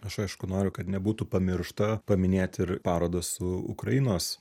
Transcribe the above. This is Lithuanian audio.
aš aišku noriu kad nebūtų pamiršta paminėti ir parodas su ukrainos